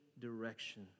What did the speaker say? direction